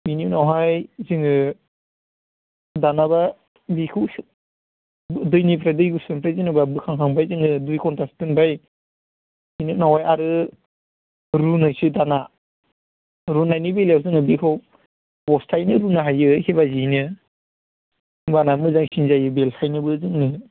बिनि उनावहाय जोङो दानाबा बिखौसो दैनिफ्राय दै गुसुनिफ्राय जेन'बा बोखां खांबाय जोङो दुइ घन्टासो दोनबाय बिनि उनावहाइ आरो रुनोसै दाना रुनायनि बेलायाव जोङो बेखौ बस्थायैनो रुनो हायो एखेबाजियैनो होमब्लाना मोजांसिन जायो बेलथायनोबो जोंनो